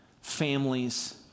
families